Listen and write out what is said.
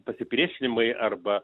pasipriešinimai arba